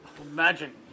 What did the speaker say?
Imagine